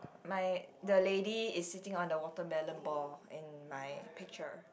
my the lady is sitting on the watermelon ball in my picture